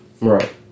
Right